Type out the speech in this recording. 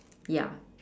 ya